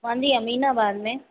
मुंहिंजी अमीनाबाद में